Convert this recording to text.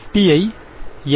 I L